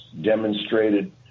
demonstrated